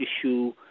issue